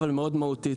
אבל מאוד מהותית.